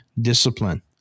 Discipline